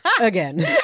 Again